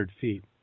feet